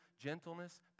gentleness